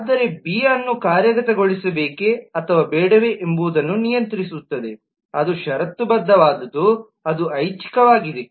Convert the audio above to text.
ಆದರೆ ಬಿ ಅನ್ನು ಕಾರ್ಯಗತಗೊಳಿಸಬೇಕೇ ಅಥವಾ ಬೇಡವೇ ಎಂಬುದನ್ನು ನಿಯಂತ್ರಿಸುತ್ತದೆ ಅದು ಷರತ್ತುಬದ್ಧವಾದದ್ದು ಅದು ಐಚ್ಚಿಕ ವಾಗಿದೆ